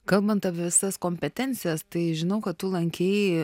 kalbant apie visas kompetencijas tai žinau kad tu lankei